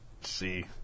see